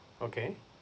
okay